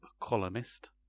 Columnist